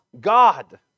God